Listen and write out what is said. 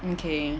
okay